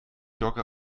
dogge